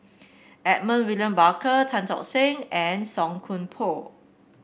Edmund William Barker Tan Tock Seng and Song Koon Poh